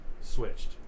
switched